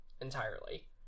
entirely